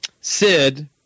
Sid